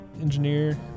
engineer